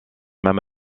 même